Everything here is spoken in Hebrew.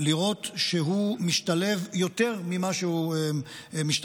לראות שהוא משתלב יותר ממה שהוא משתלב,